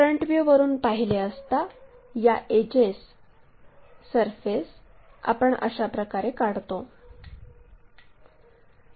आपण टॉप व्ह्यूवरून पाहिले असता या एडजेस सरफेस आपण अशाप्रकारे काढतो